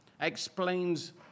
explains